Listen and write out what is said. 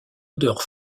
odeur